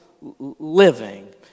living